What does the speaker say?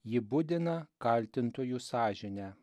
ji budina kaltintojų sąžinę